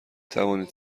توانید